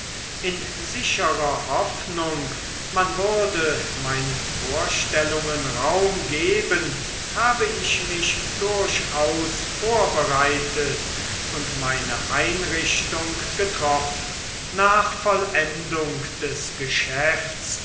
in sicherer hoffnung man würde meinen vorstellungen raum geben habe ich mich durchaus vorbereitet und meine einrichtung getroffen nach vollendung des geschäfts